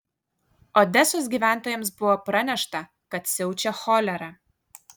odesos gyventojams buvo pranešta kad siaučia cholera